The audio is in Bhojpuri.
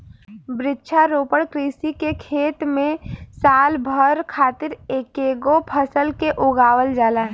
वृक्षारोपण कृषि के खेत में साल भर खातिर एकेगो फसल के उगावल जाला